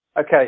Okay